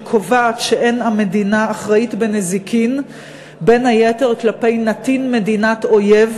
שקובעת שאין המדינה אחראית בנזיקים בין היתר כלפי נתין מדינת אויב,